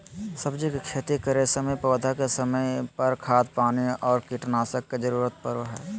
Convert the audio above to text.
सब्जी के खेती करै समय पौधा के समय पर, खाद पानी और कीटनाशक के जरूरत परो हइ